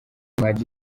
maj